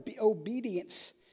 obedience